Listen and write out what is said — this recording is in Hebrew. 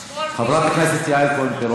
את כל מי, חברת הכנסת יעל כהן-פארן.